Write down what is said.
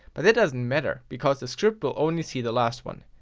but that doesn't matter, because the script will only see the last one.